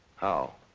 how?